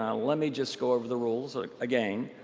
ah let me just go over the rules again.